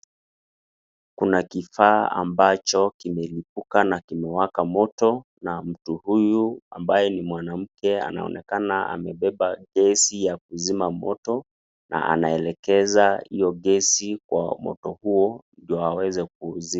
Kuna kifaa ambacho kimelibuka na kimewaka moto na mtu huyu ambaye ni mwanamke anaonekana amebeba gesi ya kuzima moto na anaelekeza hiyo gesi kwa moto huo ndio aweze kuzima.